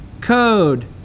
Code